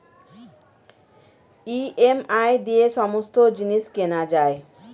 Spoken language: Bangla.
ই.এম.আই দিয়ে সমস্ত জিনিস কেনা যায়